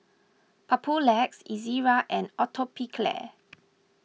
Papulex Ezerra and Atopiclair